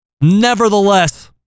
Nevertheless